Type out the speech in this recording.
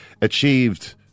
achieved